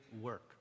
work